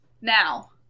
Now